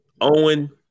Owen